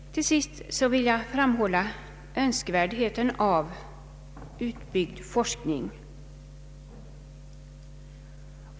Till sist vill jag framhålla önskvärdheten av utbyggd forskning.